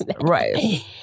Right